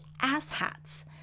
asshats